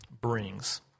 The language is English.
brings